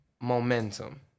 momentum